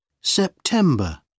September